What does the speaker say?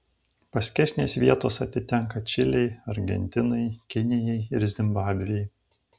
paskesnės vietos atitenka čilei argentinai kinijai ir zimbabvei